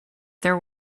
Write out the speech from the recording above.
there